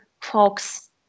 folks